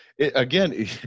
again